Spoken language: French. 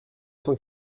cent